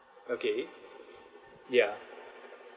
okay ya